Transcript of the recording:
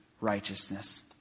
righteousness